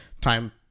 time